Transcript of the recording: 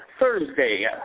thursday